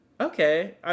okay